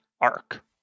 arc